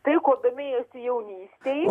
tai kuo domėjausi jaunystėj